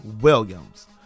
Williams